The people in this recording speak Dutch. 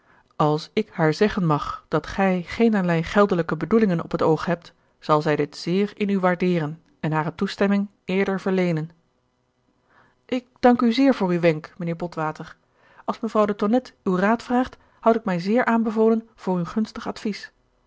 als ik haar zeggen mag dat gij geenerlei geldelijke bedoelingen op het oog hebt zal zij dit zeer in u waardeeren en hare toestemming eerder verleenen ik dank u zeer voor uw wenk mijnheer botwater als mevrouw de tonnette uw raad vraagt houd ik mij zeer aanbevolen voor uw gunstig advies